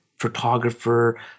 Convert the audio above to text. photographer